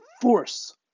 Force